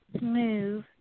move